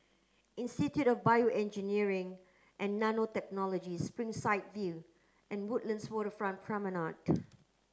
Institute of BioEngineering and Nanotechnology Springside View and Woodlands Waterfront Promenade